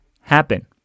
happen